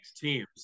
teams